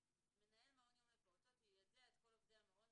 (ג)מנהל מעון יום לפעוטות יידע את כל עובדי המעון,